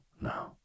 no